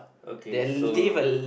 okay so